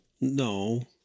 No